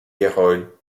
geröll